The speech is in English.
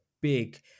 big